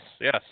yes